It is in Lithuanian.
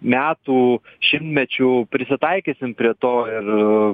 metų šimtmečių prisitaikysim prie to ir